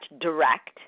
direct